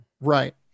right